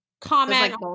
comment